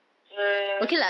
err